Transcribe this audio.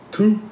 Two